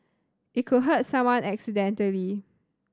it could hurt someone accidentally